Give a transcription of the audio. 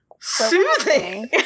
soothing